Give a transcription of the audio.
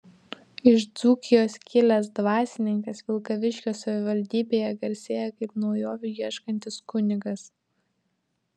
iš dzūkijos kilęs dvasininkas vilkaviškio savivaldybėje garsėja kaip naujovių ieškantis kunigas